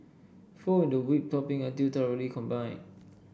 fold in the whipped topping until thoroughly combined